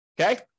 Okay